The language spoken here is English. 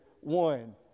one